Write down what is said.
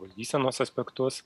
valdysenos aspektus